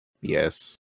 Yes